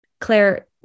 Claire